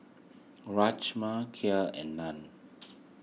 Rajma Kheer and Naan